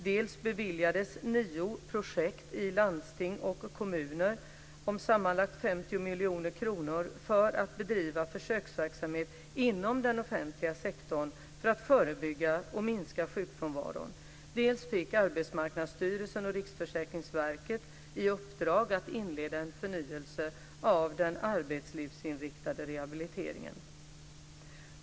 Dels beviljades nio projekt i landsting och kommuner om sammanlagt 50 miljoner kronor för att bedriva försöksverksamhet inom den offentliga sektorn för att förebygga och minska sjukfrånvaron, dels fick Arbetsmarknadsstyrelsen och Riksförsäkringsverket i uppdrag att inleda en förnyelse av den arbetslivsinriktade rehabiliteringen.